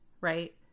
right